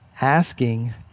Asking